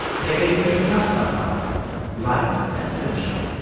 they're getting tripped up somehow right at the finish line.